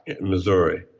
Missouri